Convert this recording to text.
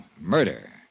murder